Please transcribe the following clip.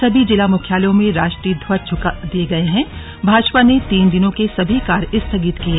सभी जिला मुख्यालयों में राष्ट्रीय ध्वज झुका दिये गये हैं भाजपा ने तीन दिनों के सभी कार्य स्थगित किये